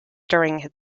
during